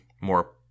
more